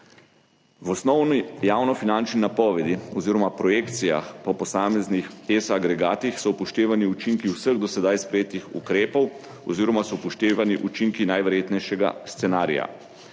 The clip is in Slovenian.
V osnovni javnofinančni napovedi oziroma projekcijah po posameznih agregatih ESA so upoštevani učinki vseh do sedaj sprejetih ukrepov oziroma so upoštevani učinki najverjetnejšega scenarija.